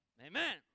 Amen